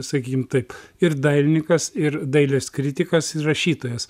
sakykim taip ir dailininkas ir dailės kritikas ir rašytojas